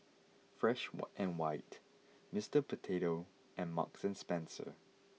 fresh water and white Mr Potato and Marks Spencer